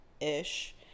ish